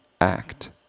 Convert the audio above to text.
act